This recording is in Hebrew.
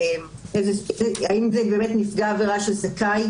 האם זה נפגע עבירה שזכאי